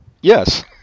Yes